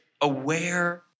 aware